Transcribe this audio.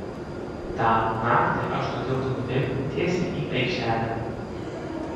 tą naktį aš nuo tilto nubėgau tiesiai į aikštelę